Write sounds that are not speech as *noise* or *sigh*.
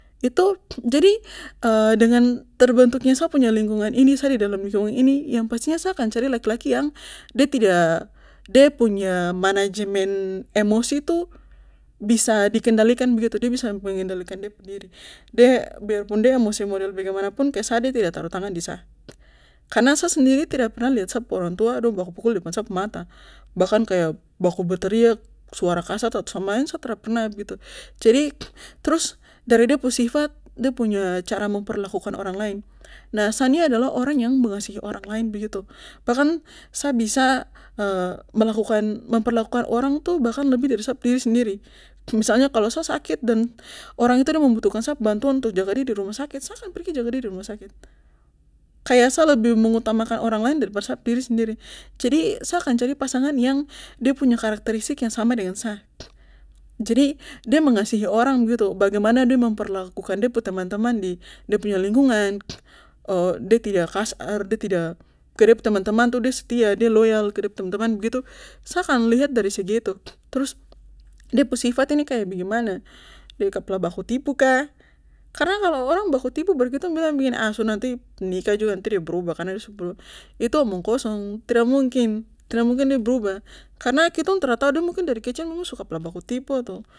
Itu jadi dengan terbentuknya sa pu lingkungan ini sa di dalam lingkungan ini yang pastinya sa akan cari laki laki yang de tidak de punya manajemen emosi tuh bisa di kendalikan begitu de bisa mengendalikan de pu diri de biarpun de emosi model bagaimanapun ke sa de tra taruh tangan di sa karna sa sendiri tra pernah liat sa pu orang tua dong baku pukul depan sa mata bahkan kaya baku batariak suara kasar satu sama lain sa tra pernah begitu jadi trus dari de punya sifat de punya cara memperlakukan orang lain nah sa ini adalah orang yang mengasihi orang lain begitu bahkan sa bisa *hesitation* melakukan memperlakukan orang tuh bahkan lebih dari sa pu diri sendiri misalnya kalo sa sakit dan orang itu membutuhkan sap bantuan untuk jaga de di rumah sakit sa akan pergi jaga de dirumah sakit kaya sa lebih mengutamakan orang lain daripada sap diri sendiri jadi sa akan cari pasangan yang de punya karakteristik yang sama dengan sa jadi de mengasihi orang begitu bagaimana de memperlakukan de pu teman teman di de punya lingkungan de tidak kasar de tidak ke de pu teman teman itu de setia de loyal ke de pu teman teman begitu sa akan liat dari segi itu trus de pu sifat ini kaya bagaimana kapala baku tipu kah karna kalo orang baku tipu baru ktong bilang begini ah sudah nanti menikah juga nanti de brubah karna de *unintelligible* itu omong kosong tra mungkin tra mungkin de brubah kitong tra tau de mungkin dari su kapala baku tipu atau